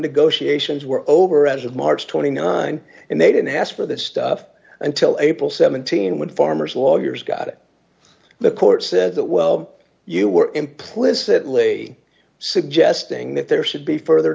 she ations were over as of march twenty nine and they didn't ask for this stuff until april seventeen when farmers lawyers got it the court said that well you were implicitly suggesting that there should be further